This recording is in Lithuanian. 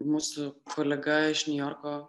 mūsų kolega iš niujorko